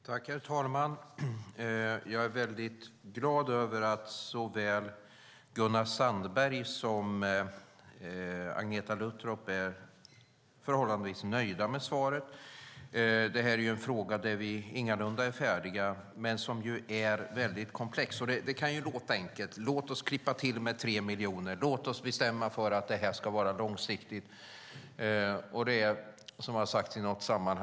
Herr talman! Jag är väldigt glad över att såväl Gunnar Sandberg som Agneta Luttropp är förhållandevis nöjda med svaret. Det här är en fråga där vi ingalunda är färdiga, och frågan är väldigt komplex. Det kan låta enkelt: Låt oss klippa till med 3 miljoner! Låt oss bestämma oss för att det här ska vara långsiktigt!